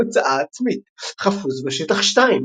הוצאה עצמית חפוז בשטח 2,